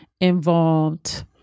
involved